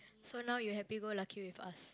so now you happy go lucky with us